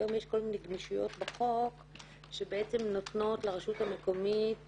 היום יש כל מיני גמישויות בחוק שבעצם נותנות לרשות המקומית